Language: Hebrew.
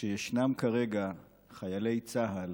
כשיש כרגע חיילי צה"ל